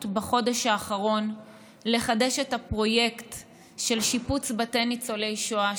בחודש האחרון לחדש את הפרויקט של שיפוץ בתי ניצולי השואה,